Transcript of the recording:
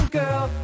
girl